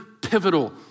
pivotal